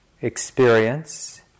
experience